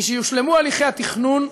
משיושלמו הליכי התכנון,